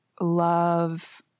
love